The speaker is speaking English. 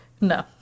No